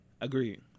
Agreed